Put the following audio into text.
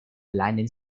lightning